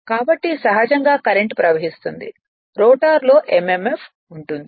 కాబట్టి సహజంగా కరెంట్ ప్రవహిస్తుంది రోటర్లో emf ఉంటుంది